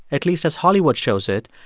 at least as hollywood shows it,